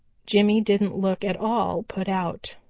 jimmy didn't look at all put out.